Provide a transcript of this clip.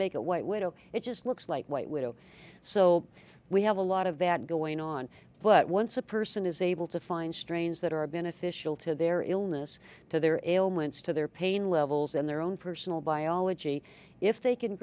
make a white widow it just looks like white widow so we have a lot of that going on but once a person is able to find strains that are beneficial to their illness to their ailments to their pain levels and their own personal biology if they can